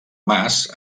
mas